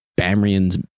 Bamrian's